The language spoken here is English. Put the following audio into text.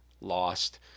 lost